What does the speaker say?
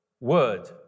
word